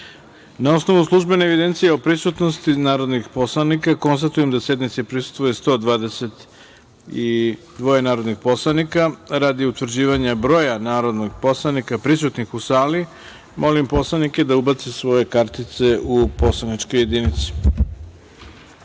osnovu službene evidencije o prisutnosti narodnih poslanika, konstatujem da sednici prisustvuje 122 narodna poslanika. Radi utvrđivanja broja narodnih poslanika prisutnih sali molim poslanike da ubace svoje kartice u poslaničke jedinice.